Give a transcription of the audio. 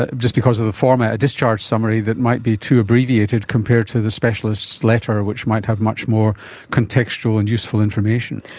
ah just because of the format, a discharge summary that might be too abbreviated compared to the specialist's letter which might have much more contextual and useful information.